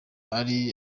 ari